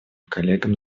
коллегам